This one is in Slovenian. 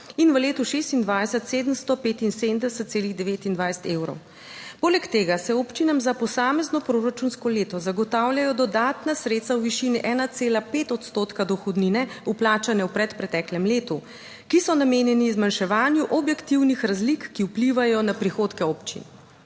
in v letu 2026 775,29 evrov. Poleg tega se občinam za posamezno proračunsko leto zagotavljajo dodatna sredstva v višini 1,5 odstotka dohodnine, vplačane v predpreteklem letu, ki so namenjeni zmanjševanju objektivnih razlik, ki vplivajo na prihodke občin.